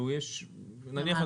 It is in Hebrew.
נניח,